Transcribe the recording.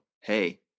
Hey